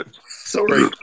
Sorry